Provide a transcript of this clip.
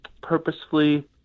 purposefully